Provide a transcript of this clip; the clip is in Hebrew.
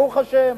ברוך השם,